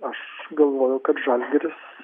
aš galvoju kad žalgiris